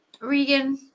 Regan